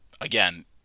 again